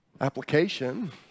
application